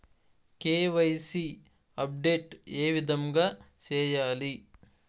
KYC update ఏ విధంగా సేయాలి?